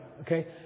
Okay